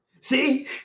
See